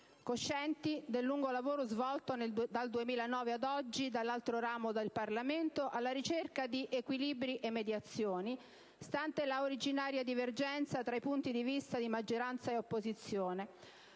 coscienti del lungo lavoro svolto, dal 2009 ad oggi, dall'altro ramo del Parlamento, alla ricerca di equilibri e mediazioni, stante la originaria divergenza tra i punti di vista di maggioranza ed opposizione,